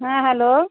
ହଁ ହ୍ୟାଲୋ